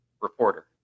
Reporter